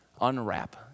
unwrap